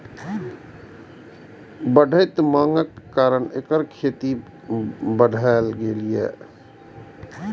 बढ़ैत मांगक कारण एकर खेती बढ़लैए